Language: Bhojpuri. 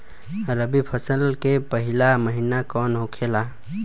रबी फसल के पहिला महिना कौन होखे ला?